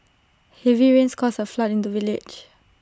heavy rains caused A flood in the village